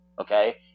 Okay